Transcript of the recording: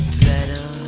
better